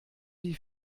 die